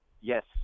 Yes